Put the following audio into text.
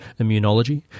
immunology